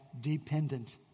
dependent